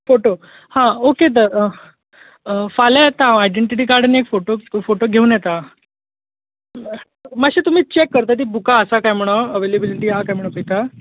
photo हां okay तर फाल्यां येता हांव आयडेनटिटी कार्ड आनी एक फॉटो फॉटो घेवून येता मातशीं तुमी चॅक करता तीं बुकां आसा कांय म्हूणो एवेयलॅबिलिटी हा कांय म्हूणो पयता